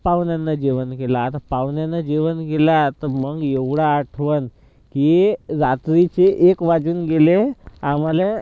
पाहुण्यांना जेवण केलं आता पाहुण्यांना जेवण केला तर मग एवढा आठवण की रात्रीचे एक वाजून गेले आम्हाला